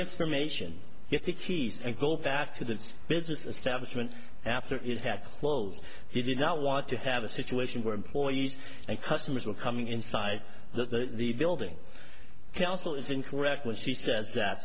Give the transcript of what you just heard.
information get to keys and go back to the business establishment after it had closed he did not want to have a situation where employees and customers were coming inside the building council is incorrect when she says that